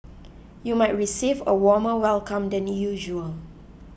you might receive a warmer welcome than usual